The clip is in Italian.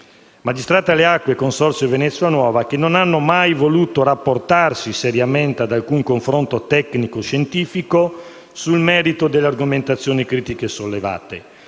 Magistrato alle acque e il Consorzio Venezia nuova non hanno mai voluto rapportarsi seriamente ad alcun confronto tecnico-scientifico sul merito delle argomentazioni critiche sollevate.